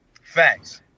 Facts